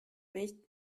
nicht